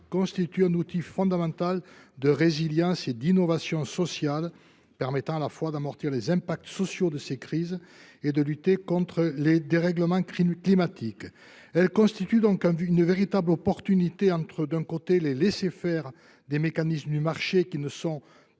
constitue un outil fondamental de résilience et d’innovation sociale permettant à la fois d’amortir les impacts sociaux de ces crises et de lutter contre les dérèglements climatiques. Elles constituent donc une véritable opportunité entre, d’un côté, le laisser faire des mécanismes de marché, qui ne sont pas